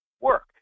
work